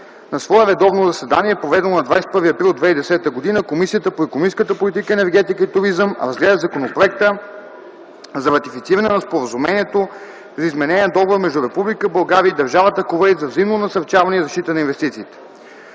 На свое редовно заседание, проведено на 21 април 2010 г., Комисията по икономическата политика, енергетика и туризъм разгледа Законопроекта за ратифициране на Споразумението за изменение на Договора между Република България и Държавата Кувейт за взаимно насърчаване и защита на инвестициите.